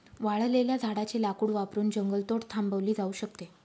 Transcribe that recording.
वाळलेल्या झाडाचे लाकूड वापरून जंगलतोड थांबवली जाऊ शकते